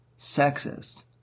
sexist